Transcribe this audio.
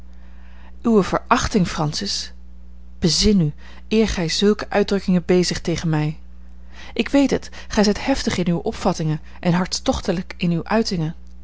uwe verachting francis bezin u eer gij zulke uitdrukkingen bezigt tegen mij ik weet het gij zijt heftig in uwe opvattingen en hartstochtelijk in uwe uitingen